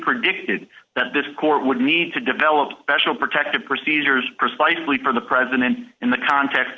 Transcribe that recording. predicted that this court would need to develop besh of protective procedures precisely for the president in the context